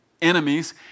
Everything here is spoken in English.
enemies